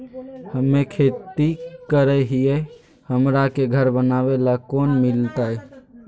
हमे खेती करई हियई, हमरा के घर बनावे ल लोन मिलतई?